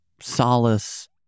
solace